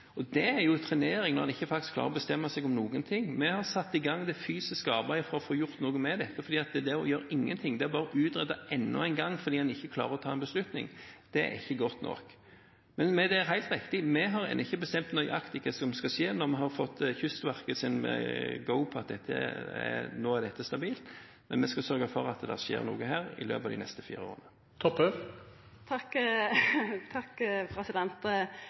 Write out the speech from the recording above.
Og dét er jo trenering – når en faktisk ikke klarer å bestemme seg for noen ting. Vi har satt i gang det fysiske arbeidet for å få gjort noe med dette, for det å gjøre ingenting, det å bare utrede enda en gang fordi en ikke klarer å ta en beslutning, det er ikke godt nok. Men det er helt riktig: Vi har ennå ikke bestemt nøyaktig hva som skal skje når vi har fått Kystverket sitt «go» på at nå er dette stabilt, men vi skal sørge for at det skjer noe her i løpet av de neste fire årene.